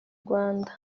rwanda